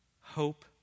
hope